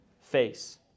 face